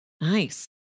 nice